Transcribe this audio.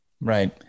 Right